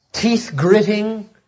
Teeth-gritting